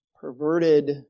perverted